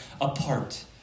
apart